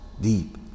deep